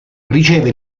riceve